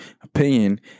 opinion